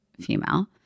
female